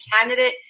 candidate